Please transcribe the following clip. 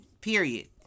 Period